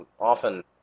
often